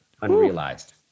unrealized